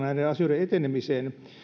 näiden asioiden etenemiseen